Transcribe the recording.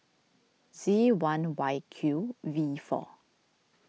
Z one Y Q V four